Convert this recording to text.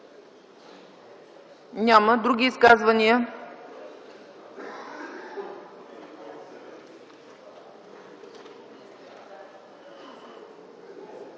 Няма. Други изказвания?